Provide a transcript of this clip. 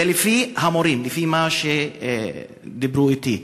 זה לפי המורים, לפי מה שדיברו אתי.